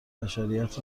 بشریت